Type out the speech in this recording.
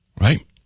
right